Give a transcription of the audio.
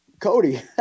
Cody